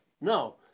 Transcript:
No